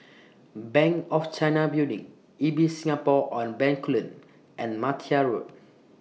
Bank of China Building Ibis Singapore on Bencoolen and Martia Road